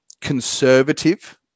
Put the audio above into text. conservative